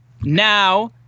Now